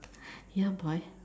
ya boy